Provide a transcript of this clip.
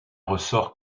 ressort